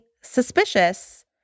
suspicious